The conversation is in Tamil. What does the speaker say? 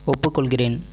ஒப்புக்கொள்கிறேன்